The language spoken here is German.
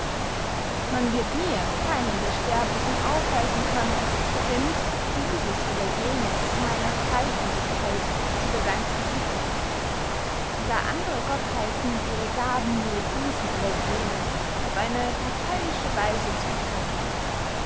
man wird mir keinen der sterblichen aufweisen können der nicht dieses oder jenes meiner freygebigkeit zu verdanken hätte da andere gottheiten ihre gaben nur diesen oder jenen auf eine parteyische weise zutheilen